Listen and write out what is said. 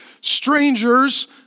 strangers